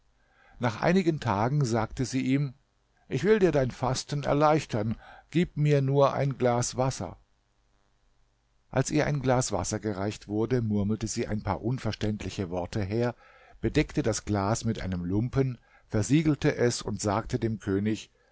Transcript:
nach einigen tagen sagte sie ihm ich will dir dein fasten erleichtern gib mir nur ein glas wasser als ihr ein glas wasser gereicht wurde murmelte sie ein paar unverständliche worte her bedeckte das glas mit einem lumpen versiegelte es und sagte dem könig